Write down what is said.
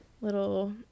little